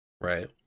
Right